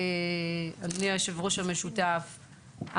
אדוני היושב-ראש המשותף,